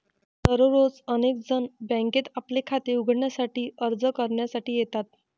दररोज अनेक जण बँकेत आपले खाते उघडण्यासाठी अर्ज करण्यासाठी येतात